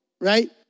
right